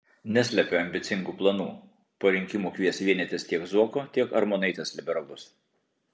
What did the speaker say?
neslepia ambicingų planų po rinkimų kvies vienytis tiek zuoko tiek armonaitės liberalus